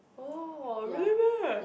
oh really meh